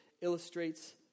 illustrates